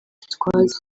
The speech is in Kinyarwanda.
gitwaza